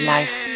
Life